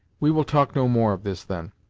we will talk no more of this, then.